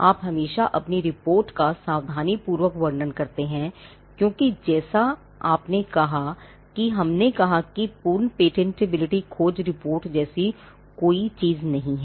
आप हमेशा अपनी रिपोर्ट का सावधानीपूर्वक वर्णन करते हैं क्योंकि जैसा कि हमने कहा कि एक पूर्ण पेटेंटबिलिटी खोज रिपोर्ट जैसी कोई चीज नहीं है